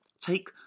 Take